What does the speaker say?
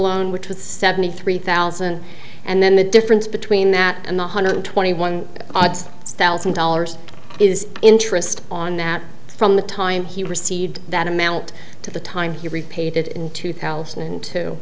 loan which was seventy three thousand and then the difference between that and the hundred twenty one thousand dollars is interest on that from the time he received that amount to the time he repaid it in two thousand and two